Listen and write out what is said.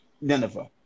Nineveh